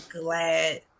glad